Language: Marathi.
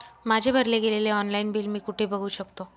माझे भरले गेलेले ऑनलाईन बिल मी कुठे बघू शकतो?